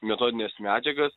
metodines medžiagas